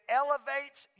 elevates